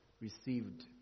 received